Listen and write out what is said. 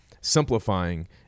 simplifying